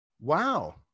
Wow